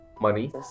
money